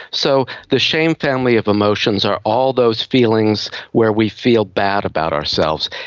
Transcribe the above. so the shame family of emotions are all those feelings where we feel bad about ourselves.